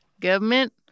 Government